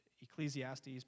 Ecclesiastes